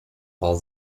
all